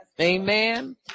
Amen